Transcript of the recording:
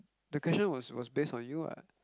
the question was was based on you [what]